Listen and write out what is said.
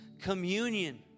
communion